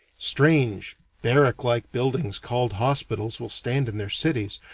strange barrack-like buildings called hospitals will stand in their cities,